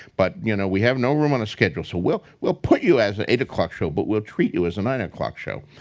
but you know we have no room on the schedule, so we'll we'll put you as an eight o'clock show, but we'll treat you as a nine o'clock show.